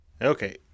Okay